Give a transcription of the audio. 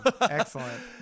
Excellent